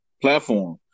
platform